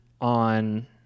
on